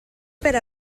per